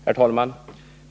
Herr talman!